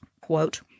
quote